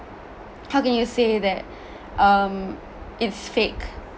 how can you say that um it's fake